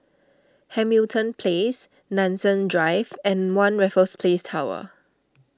Hamilton Place Nanson Drive and one Raffles Place Tower